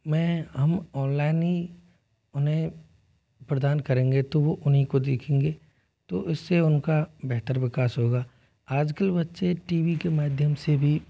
मैं हम ऑनलाइन ही उन्हें प्रदान करेंगे तो वह उन्हीं को देखेंगे तो इससे उनका बेहतर विकास होगा आजकल बच्चे टी वी के माध्यम से भी